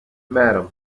madam